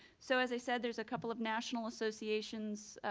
so as i said, there's a couple of national associations,